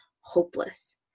hopeless